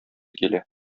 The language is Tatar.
килә